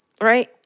right